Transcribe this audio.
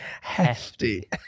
Hefty